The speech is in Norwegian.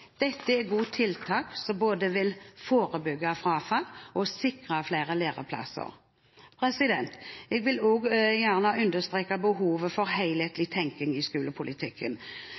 Dette er gode tiltak, som både vil forebygge frafall og sikre flere læreplasser. Jeg vil også gjerne understreke behovet for helhetlig tenking i skolepolitikken,